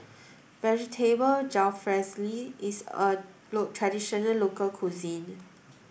Vegetable Jalfrezi is a traditional local cuisine